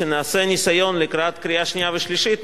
שנעשה ניסיון לקראת קריאה שנייה ושלישית,